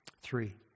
Three